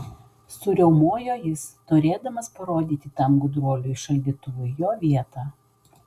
suriaumojo jis norėdamas parodyti tam gudruoliui šaldytuvui jo vietą